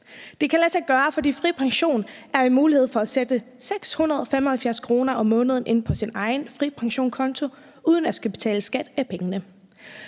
Det kan lade sig gøre, fordi FriPension er en mulighed for at sætte 675 kr. om måneden ind på sin egen FriPensionkonto uden at skulle betale skat af pengene.